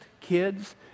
kids